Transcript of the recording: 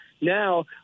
Now